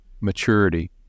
maturity